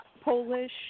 Polish